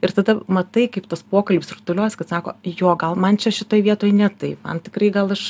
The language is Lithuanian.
ir tada matai kaip tas pokalbis rutuliojas kad sako jo gal man čia šitoje vietoj ne taip man tikrai gal aš